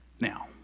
Now